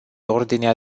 ordinea